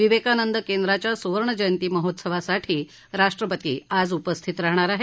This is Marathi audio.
विवेकानंद केंद्राच्या सुवर्ण जयंती महोत्सवासाठी राष्ट्रपती आज उपस्थित रहाणार आहेत